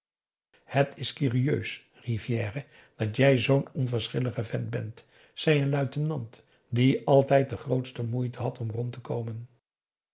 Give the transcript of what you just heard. het is curieus rivière dat jij zoo'n onverschillige vent bent zei een luitenant die altijd de grootste moeite had om rond te komen